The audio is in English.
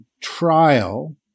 trial